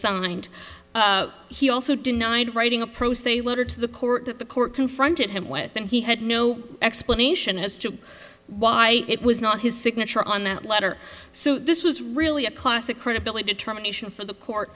and he also denied writing a produce a letter to the court that the court confronted him with and he had no explanation as to why it was not his signature on that letter so this was really a classic credibility determination for the court